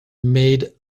made